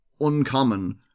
uncommon